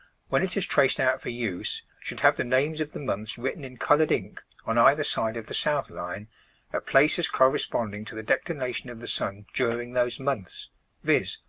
when it is traced out for use, should have the names of the months written in coloured ink on either side of the south line at places corresponding to the declination of the sun during those months viz.